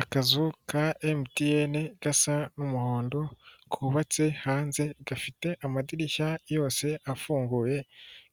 Akazu ka emutiyene gasa n'umuhondo kubatse hanze gafite amadirishya yose afunguye